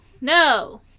No